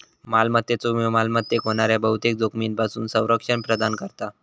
मालमत्तेचो विमो मालमत्तेक होणाऱ्या बहुतेक जोखमींपासून संरक्षण प्रदान करता